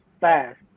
fast